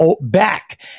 back